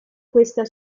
questa